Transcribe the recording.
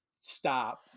stop